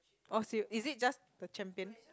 oh is it just the champion